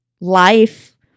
life